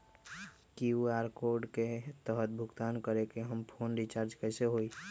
QR code के तहद भुगतान करके हम फोन रिचार्ज कैसे होई?